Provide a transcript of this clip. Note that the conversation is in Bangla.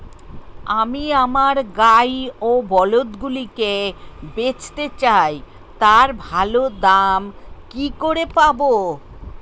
আমি আমার গাই ও বলদগুলিকে বেঁচতে চাই, তার ভালো দাম কি করে পাবো?